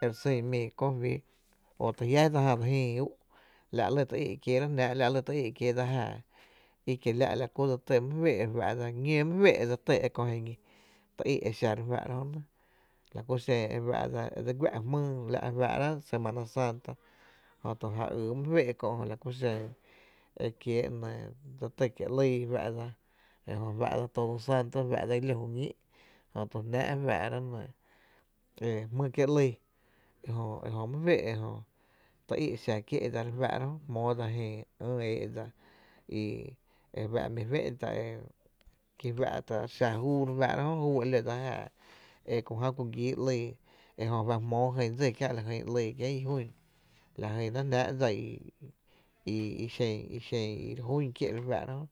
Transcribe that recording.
re tý míi re kö fi jö tu jiá’ je dse no dse jïï ú’ la’ re lɇ ty í’ kiee’ dsa jáaá i kiela’ la ku dse tý my féé’, ñóo my féé’ dse ty la kö ji ñi tý í’ e xa re fáá’ra jö nɇ, la ku xen e fáá’ra e dse guá’ jmýy la’ faa’rá’ semana santa jöi to ja yy my féé’ kö e kiee’ dse tý kie ‘lyi fá’ dsa la nɇ fá’dsa todo santo fá’dsa i ló juñíi’ jö to jnáá’ fáá’rá’ e nɇɇ jmýy kiee’ ‘lyy e jö my féé’ ejö tý í’ xa kié’ dsa re fá’ra jmóo dsa jïi ï éé’ dsa i e fá’ mi fé’n tá’ ki fá’ta’ xa júu e ló dsa jáaá e ku já ku gíi ‘lii e jmóo jyn dsí kiä’ jyn ‘lii kien i jún la jyn sun ‘jnáá’ dsa i xen i re jún kié re fáá’ra jö.